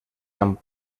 amb